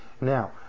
Now